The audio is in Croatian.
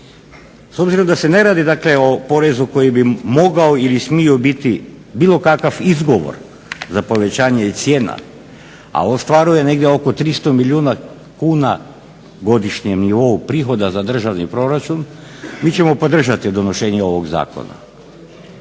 S obzirom da se ne radi, dakle o porezu koji bi mogao ili smio biti bilo kakav izgovor za povećanje cijena a ostvaruje negdje oko 300 milijuna kuna godišnje ili ovog prihoda za državni proračun mi ćemo podržati donošenje ovog zakona